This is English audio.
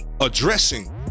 addressing